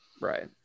Right